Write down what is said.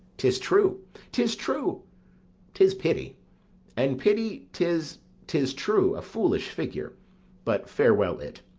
tis true tis true tis pity and pity tis tis true a foolish figure but farewell it,